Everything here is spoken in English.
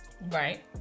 right